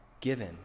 given